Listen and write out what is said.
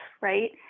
right